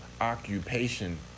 occupation